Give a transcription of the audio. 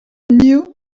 knew